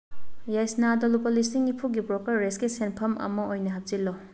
ꯌꯥꯏꯁꯅꯥꯗ ꯂꯨꯄꯥ ꯂꯤꯁꯤꯡ ꯅꯤꯐꯨꯒꯤ ꯕ꯭ꯔꯣꯀꯔꯦꯁꯀꯤ ꯁꯦꯟꯐꯝ ꯑꯃ ꯑꯣꯏꯅ ꯍꯥꯞꯆꯤꯜꯂꯨ